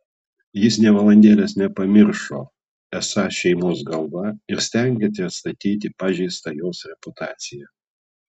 jis nė valandėlės nepamiršo esąs šeimos galva ir stengėsi atstatyti pažeistą jos reputaciją